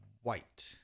White